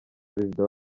perezida